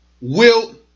Wilt